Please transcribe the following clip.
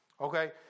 okay